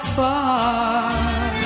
far